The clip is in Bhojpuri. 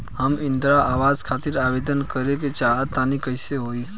हम इंद्रा आवास खातिर आवेदन करे क चाहऽ तनि कइसे होई?